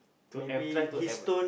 to av~ try to avoid